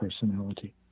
personality